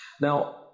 Now